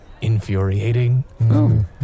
infuriating